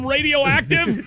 Radioactive